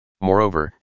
Moreover